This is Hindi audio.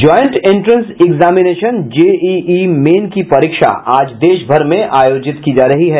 joint entrance examination JEE main की परीक्षा आज देशभर में आयोजित की जा रही है